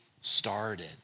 started